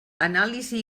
anàlisi